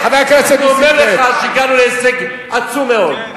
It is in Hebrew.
אני אומר לך שהגענו להישג עצום מאוד.